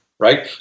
Right